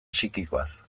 psikikoaz